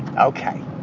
Okay